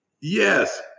yes